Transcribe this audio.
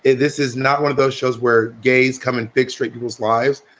this is not one of those shows where gays come and fixed rate people's lives.